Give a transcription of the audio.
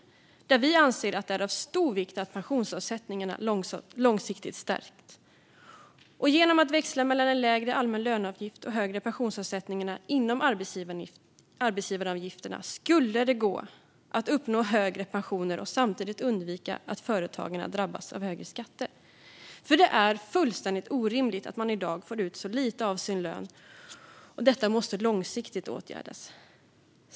Sverigedemokraterna anser att det är av stor vikt att pensionsavsättningarna långsiktigt stärks. Genom att växla mellan en lägre allmän löneavgift och högre pensionsavsättningar inom arbetsgivaravgifterna skulle det gå att uppnå högre pensioner och samtidigt undvika att företagarna drabbas av högre skatter. Det är fullständigt orimligt att man i dag får ut så lite av sin lön, och detta måste långsiktigt åtgärdas.